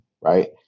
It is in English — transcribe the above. right